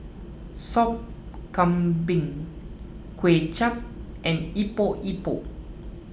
Sop Kambing Kuay Chap and Epok Epok